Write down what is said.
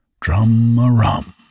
drum-a-rum